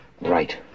Right